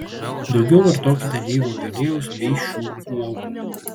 daugiau vartokite alyvuogių aliejaus bei šių uogų